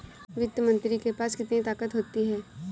वित्त मंत्री के पास कितनी ताकत होती है?